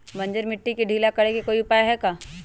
बंजर मिट्टी के ढीला करेके कोई उपाय है का?